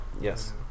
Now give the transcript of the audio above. Yes